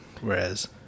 Whereas